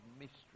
mystery